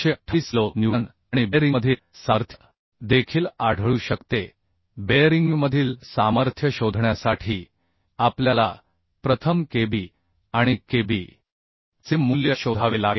528 kilo newton आणि बेअरिंगमधील सामर्थ्य देखील आढळू शकते बेअरिंगमधील सामर्थ्य शोधण्यासाठी आपल्याला प्रथम Kb आणि Kb चे मूल्य शोधावे लागेल